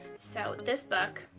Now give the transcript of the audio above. so this book